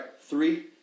Three